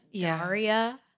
Daria